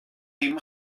dim